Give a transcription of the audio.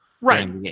Right